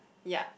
ya